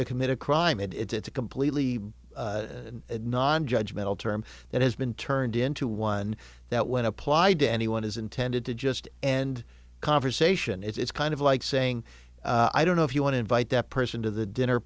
to commit a crime and it's a completely non judge mental term that has been turned into one that when applied to anyone is intended to just and conversation it's kind of like saying i don't know if you want to invite that person to the dinner